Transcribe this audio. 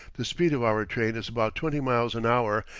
the speed of our train is about twenty miles an hour,